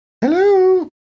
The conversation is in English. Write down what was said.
Hello